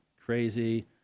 crazy